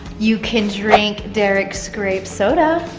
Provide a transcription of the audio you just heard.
you can drink derek's grape soda. um,